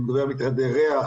הוא מדבר על מטרד ריח.